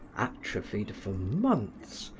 atrophied for months,